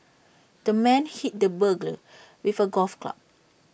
the man hit the burglar with A golf club